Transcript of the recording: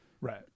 Right